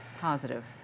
positive